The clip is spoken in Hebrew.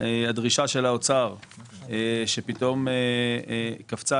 הדרישה של האוצר שפתאום קפצה.